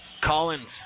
Collins